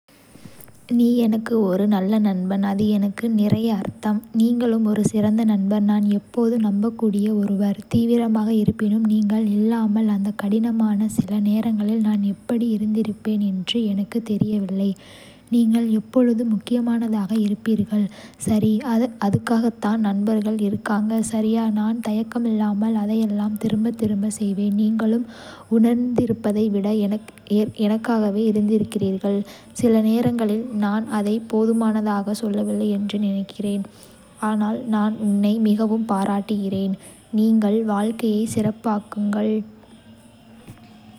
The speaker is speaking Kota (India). நீ எனக்கு ஒரு நல்ல நண்பன் அது எனக்கு நிறைய அர்த்தம். நீங்களும் ஒரு சிறந்த நண்பர் நான் எப்போதும் நம்பக்கூடிய ஒருவர். தீவிரமாக, இருப்பினும், நீங்கள் இல்லாமல் அந்த கடினமான சில நேரங்களில் நான் எப்படி இருந்திருப்பேன் என்று எனக்குத் தெரியவில்லை. நீங்கள் எப்பொழுதும் முக்கியமானதாக இருப்பீர்கள். சரி, அதுக்காகத்தான் நண்பர்கள் இருக்காங்க, சரியா? நான் தயக்கமில்லாமல் அதையெல்லாம் திரும்ப திரும்ப செய்வேன். நீங்களும் உணர்ந்திருப்பதை விட, எனக்காகவே இருந்திருக்கிறீர்கள். சில நேரங்களில் நான் அதை போதுமானதாக சொல்லவில்லை என்று நினைக்கிறேன், ஆனால் நான் உன்னை மிகவும் பாராட்டுகிறேன். நீங்கள் வாழ்க்கையை சிறப்பாக்குங்கள்.